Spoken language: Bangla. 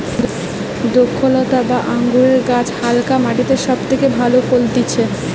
দ্রক্ষলতা বা আঙুরের গাছ হালকা মাটিতে সব থেকে ভালো ফলতিছে